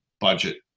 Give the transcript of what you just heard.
budget